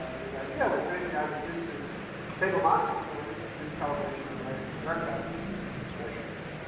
the idea was maybe i would use his table mountain facilities to do calibration of my aircraft measurements.